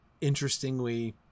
interestingly